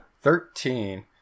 thirteen